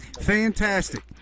Fantastic